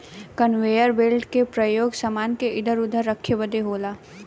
conveyor belt क परयोग समान के इधर उधर रखे बदे होला